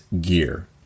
gear